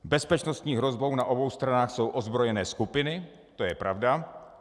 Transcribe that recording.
Bezpečnostní hrozbou na obou stranách jsou ozbrojené skupiny, to je pravda.